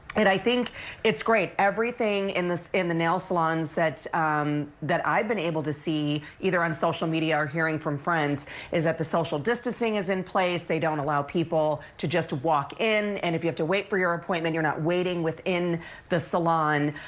and i think it's great. everything in the nail salons that um that i have been able to see either on social media or hearing from friends is that the social distancing is in place, they don't allow people to just walk in and if you have to wait for your appointment, you're not waiting within the salon.